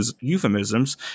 euphemisms